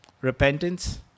Repentance